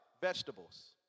vegetables